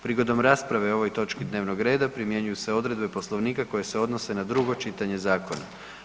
Prigodom rasprave o ovoj točki dnevnog reda primjenjuju se odredbe Poslovnika koje se odnose na drugo čitanje zakona.